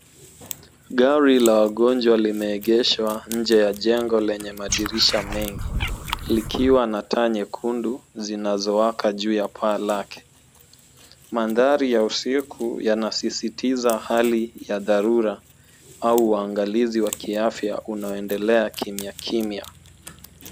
Gari la wagonjwa limeegeshwa nje ya jengo lenye madirisha mengi likiwa na taa nyekundu zinazowaka juu ya paa lake. Mandhari ya usiku yanasisitiza hali ya dharura au uangalizi wa kiafya unaoendelea kimya kimya.